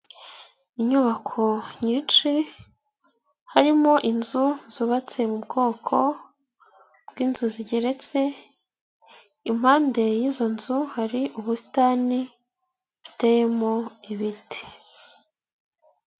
Inyubako nyinshi, harimo inzu zubatse mu bwoko bw'inzu zigeretse, impande y'izo nzu hari ubusitani buteyemo ibiti.